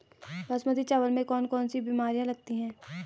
बासमती चावल में कौन कौन सी बीमारियां लगती हैं?